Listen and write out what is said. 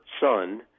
son